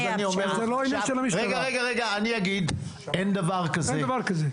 אין דבר כזה.